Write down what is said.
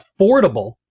affordable